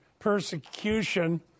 Persecution